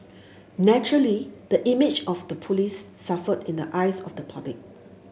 naturally the image of the police suffered in the eyes of the public